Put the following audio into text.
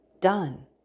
Done